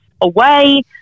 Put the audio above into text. away